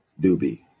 Doobie